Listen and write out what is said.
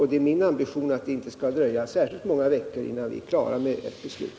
Och det är min ambition att det inte skall dröja särskilt många veckor innan vi är klara med beslut.